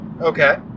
Okay